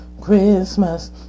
Christmas